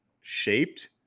shaped